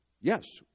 yes